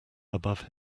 above